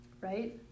right